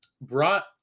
brought